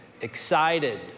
Excited